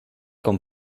con